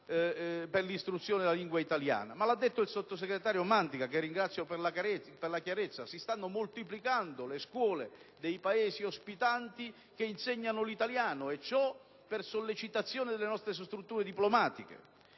per l'istruzione della lingua italiana, ma - l'ha detto il sottosegretario Mantica, che ringrazio per la chiarezza - si stanno moltiplicando le scuole dei Paesi ospitanti che insegnano l'italiano, e ciò per sollecitazione delle nostre strutture diplomatiche.